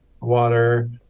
water